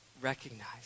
recognize